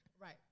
Right